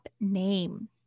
name